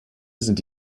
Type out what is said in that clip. sind